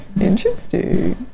interesting